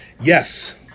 Yes